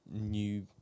new